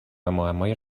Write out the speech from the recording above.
معمای